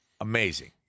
amazing